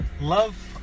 love